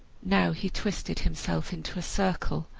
now he twisted himself into a circle,